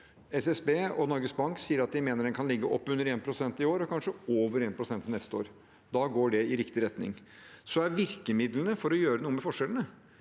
SSB og Norges Bank sier at de mener den kan ligge opp under 1 pst. i år og kanskje over 1 pst. til neste år. Da går det i riktig retning. Virkemidlene for å gjøre noe med forskjellene